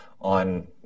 on